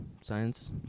science